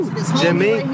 Jimmy